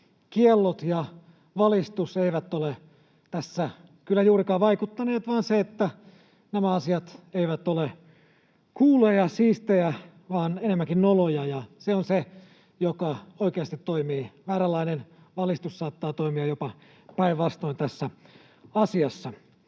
kiellot ja valistus eivät ole tässä kyllä juurikaan vaikuttaneet, vaan se, että nämä asiat eivät ole cooleja, siistejä, vaan enemmänkin noloja, ja se on se, joka oikeasti toimii. Vääränlainen valistus ja vääränlaiset kiellot saattavat toimia jopa päinvastoin tässä asiassa.